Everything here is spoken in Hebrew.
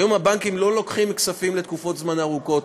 היום הבנקים לא לוקחים כספים לתקופות זמן ארוכות.